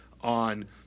on